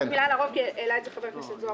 אולי לגבי הרוב, כי העלה את זה חבר הכנסת זוהר.